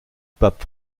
pape